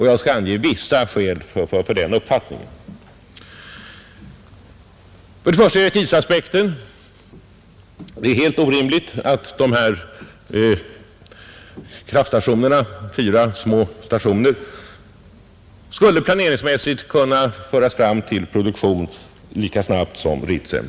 Jag skall ange vissa skäl för den uppfattningen. Det första skälet är tidsaspekten. Det är orimligt att tänka sig att dessa fyra små kraftstationer skulle planeringsmässigt kunna föras fram till produktion lika snabbt som Ritsem.